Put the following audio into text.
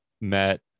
met